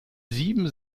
sieben